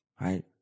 right